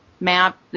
map